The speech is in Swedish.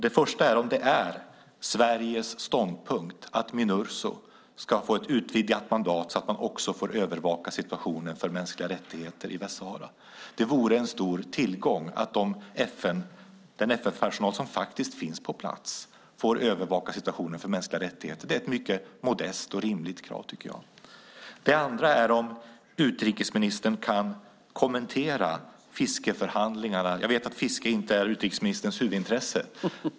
Det första är om det är Sveriges ståndpunkt att Minurso ska få ett utvidgat mandat så att man också får övervaka situationen för mänskliga rättigheter i Västsahara. Det vore en stor tillgång att den FN-personal som finns på plats får övervaka situationen för mänskliga rättigheter. Det är ett mycket modest och rimligt krav. Det andra är om utrikesministern kan kommentera fiskeförhandlingarna med Marocko. Jag vet att fiske inte är utrikesministerns huvudintresse.